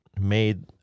made